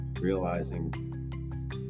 realizing